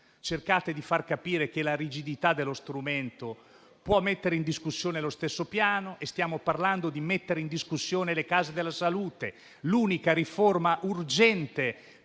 cercate di far capire che la rigidità dello strumento può metterlo in discussione. Stiamo parlando di mettere in discussione le case della salute, l'unica riforma urgente